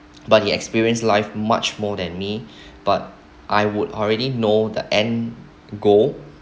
but he experienced life much more than me but I would already know the end goal